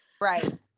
Right